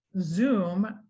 Zoom